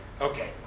Okay